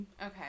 Okay